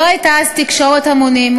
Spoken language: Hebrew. לא הייתה אז תקשורת המונים,